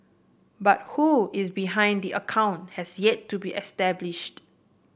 but who is behind the account has yet to be established